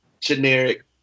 generic